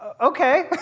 okay